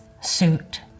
suit